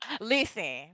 Listen